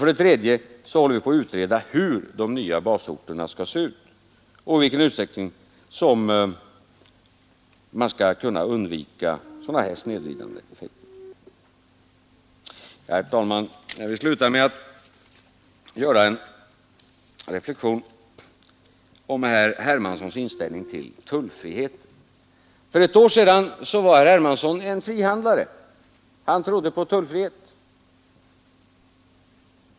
För det tredje håller vi på att utreda hur de nya basorterna skall se ut och i vilken utsträckning som man kan undvika sådana här snedvridande effekter Jag vill, herr talman, sluta med en reflexion om herr Hermanssons inställning till tullfrihet. För ett år sedan var herr Hermansson en frihandlare. Han trodde på tullfrihet.